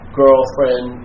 girlfriend